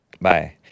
Bye